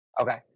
Okay